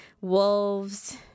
Wolves